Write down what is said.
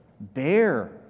bear